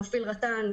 מפעיל רט"ן,